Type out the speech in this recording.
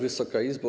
Wysoka Izbo!